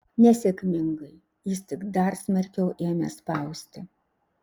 nesėkmingai jis tik dar smarkiau ėmė spausti